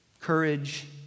Courage